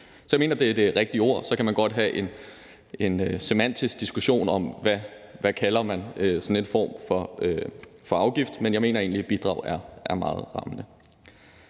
Så jeg mener, at det er det rigtige ord. Så kan man godt have en semantisk diskussion om, hvad man kalder sådan en form for afgift, men jeg mener egentlig, at bidrag er meget rammende.